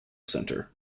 center